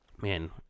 man